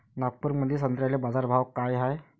नागपुरामंदी संत्र्याले बाजारभाव काय हाय?